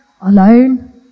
alone